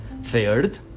Third